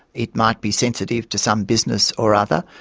it might be sensitive to some business or other,